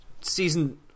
Season